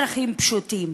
על-ידי אזרחים פשוטים.